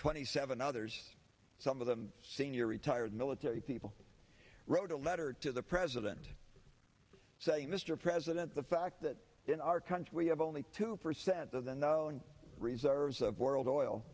twenty seven others some of them senior retired military people wrote a letter to the president saying mr president the fact that in our country we have only two percent of the knowing reserves of world oil